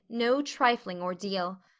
no trifling ordeal.